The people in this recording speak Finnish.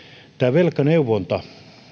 velkaneuvonta